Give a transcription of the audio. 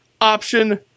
option